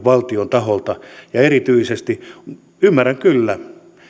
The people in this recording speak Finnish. valtion taholta ja erityisesti ymmärrän kyllä